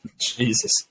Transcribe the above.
Jesus